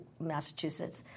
Massachusetts